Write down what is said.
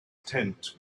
tent